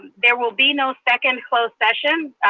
there will be no second closed session,